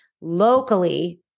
locally